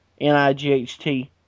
N-I-G-H-T